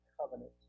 covenant